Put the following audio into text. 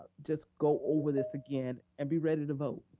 just go over this again and be ready to vote.